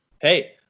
hey